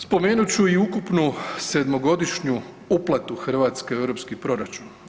Spomenut ću i ukupnu 7-godišnju uplatu Hrvatske u europski proračun.